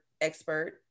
expert